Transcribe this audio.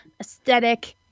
aesthetic